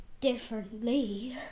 differently